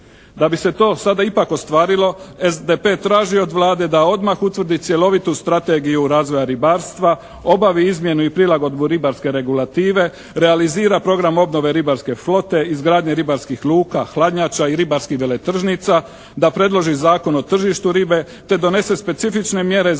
Da bi se to sada ipak ostvarilo SDP traži od Vlade da odmah utvrdi cjelovitu strategiju razvoja ribarstva, obavi izmjenu i prilagodbu ribarske regulative, realizira program obnove ribarske flote, izgradnje ribarskih luka, hladnjača i ribarskih veletržnica, da predloži Zakon o tržištu ribe te donese specifične mjere za zaštitu